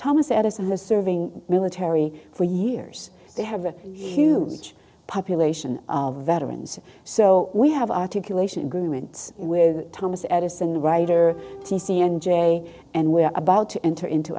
thomas edison the serving military for years they have a huge population of veterans so we have articulation agreements with thomas edison writer t c and j and we're about to enter into